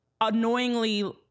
annoyingly